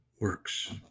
works